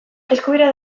eskubiderik